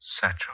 Satchel